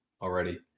already